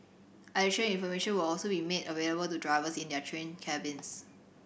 additional information will also be made available to drivers in their train cabins